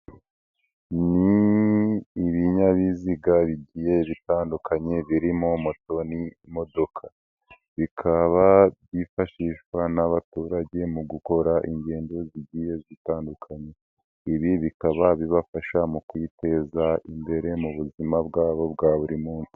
Ni ibinyabiziga bigiye bitandukanye birimo moto n'imodoka bikaba byifashishwa n'abaturage mu gukora ingendo zigiye zitandukanye, ibi bikaba bibafasha mu kwiteza imbere mu buzima bwabo bwa buri munsi.